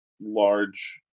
large